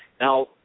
Now